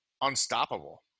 unstoppable